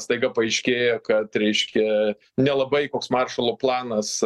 staiga paaiškėja kad reiškia nelabai koks maršalo planas